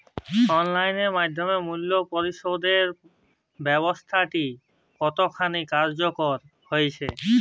Online এর মাধ্যমে মূল্য পরিশোধ ব্যাবস্থাটি কতখানি কার্যকর হয়েচে?